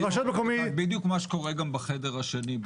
בדיוק מה שקורה גם בחדר השני,